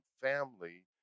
family